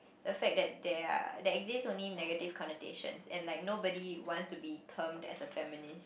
the fact that there are the exist only negative connotation and like nobody wants to be term as a feminist